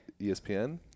ESPN